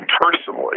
personally